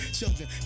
children